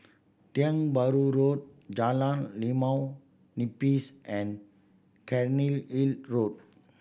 Tiong Bahru Road Jalan Limau Nipis and Cairnhill Road